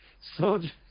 Soldier